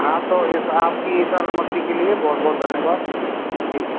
हाँ तो इस आपकी इस अनुमति के लिए बहुत बहुत धन्यवाद ठीक